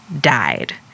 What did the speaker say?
died